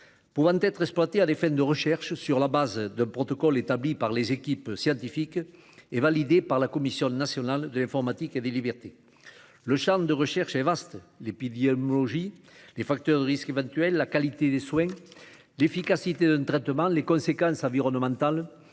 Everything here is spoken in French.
pouvant être exploitée à des fins de recherche, sur la base d'un protocole établi par les équipes scientifiques et validé par la Commission nationale de l'informatique et des libertés. Le champ des recherches est vaste : l'épidémiologie, les facteurs de risques éventuels, la qualité des soins, l'efficacité des traitements, les conséquences environnementales